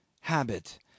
habit